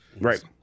Right